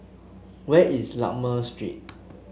where is Lakme Street